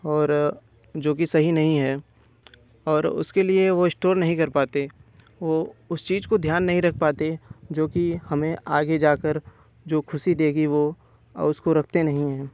और जो कि सही नहीं है और उसके लिए वो इश्टोर नहीं कर पाते वो उस चीज़ काे ध्यान नहीं रख पाते जो कि हमें आगे जा कर जो ख़ुशी देगी वो उसको रखते नही हैं